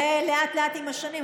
זה לאט-לאט, עם השנים.